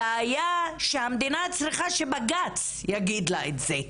הבעיה היא שהמדינה צריכה שבג"צ יגיד לה את זה.